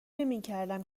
نمیکردم